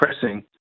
pressing